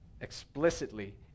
explicitly